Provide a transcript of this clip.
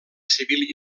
civil